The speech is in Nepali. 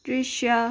दृश्य